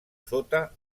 sota